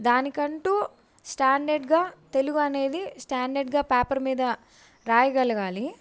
దానికంటూ స్టాండర్డ్గా తెలుగు అనేది స్టాండర్డ్గా పేపర్ మీద రాయగలగాలి